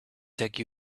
take